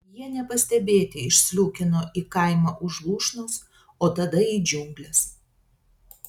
jie nepastebėti išsliūkino į kaimą už lūšnos o tada į džiungles